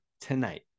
tonight